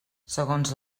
segons